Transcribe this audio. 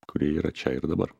kurie yra čia ir dabar